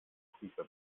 prüfer